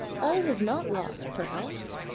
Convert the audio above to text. all was not lost perhaps.